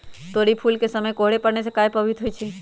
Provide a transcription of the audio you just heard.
तोरी फुल के समय कोहर पड़ने से काहे पभवित होई छई?